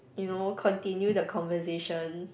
you know continue the conversation